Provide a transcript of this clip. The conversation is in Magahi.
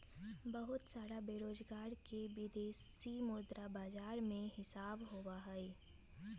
बहुत सारा कारोबार के विदेशी मुद्रा बाजार में हिसाब होबा हई